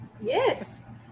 Yes